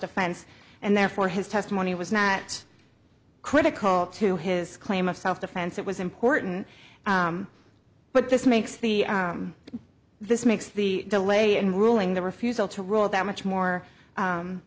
defense and therefore his testimony was not critical to his claim of self defense it was important but this makes the this makes the delay in ruling the refusal to rule that much more